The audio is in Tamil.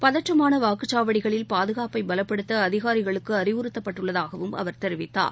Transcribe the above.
பதற்றமான வாக்குச்சாவடிகளில் பாதுகாப்பை பலப்படுத்த அதிகாரிகளுக்கு அறிவுறுத்தப்பட்டுள்ளதாகவும் அவர் தெரிவித்தார்